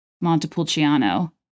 Montepulciano